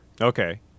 Okay